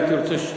הייתי רוצה,